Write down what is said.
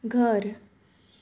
घर